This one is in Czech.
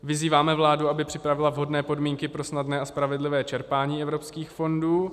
Vyzýváme vládu, aby připravila vhodné podmínky pro snadné a spravedlivé čerpání evropských fondů.